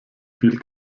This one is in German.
viel